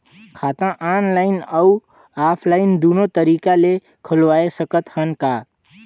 खाता ऑनलाइन अउ ऑफलाइन दुनो तरीका ले खोलवाय सकत हन का?